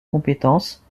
compétences